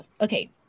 Okay